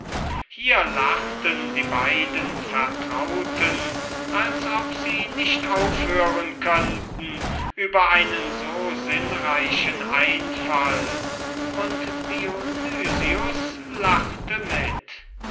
hier lachten die beiden vertrauten als ob sie nicht aufhören könnten über einen so sinnreichen einfall und dionys lachte mit